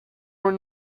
were